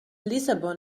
lissabon